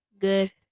Good